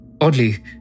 Oddly